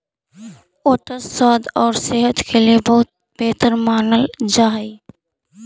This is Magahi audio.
ओट्स स्वाद और सेहत के लिए बहुत बेहतर मानल जा हई